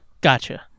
Gotcha